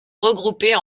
regrouper